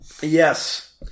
Yes